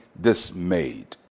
dismayed